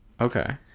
Okay